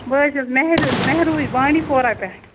بہٕ حظ چھَس مہروٗ بانٛڈی پورہ پٮ۪ٹھ